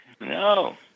no